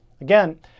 again